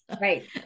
Right